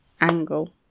angle